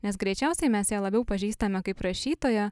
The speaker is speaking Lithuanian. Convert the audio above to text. nes greičiausiai mes ją labiau pažįstame kaip rašytoją